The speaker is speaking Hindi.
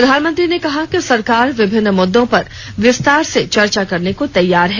प्रधानमंत्री ने कहा कि सरकार विभिन्न मुद्दों पर विस्तार से चर्चा करने को तैयार है